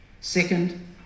Second